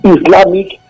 Islamic